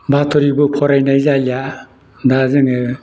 बातरिबो फरायनाय जालिया दा जोङो